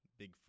bigfoot